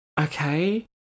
Okay